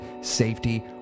safety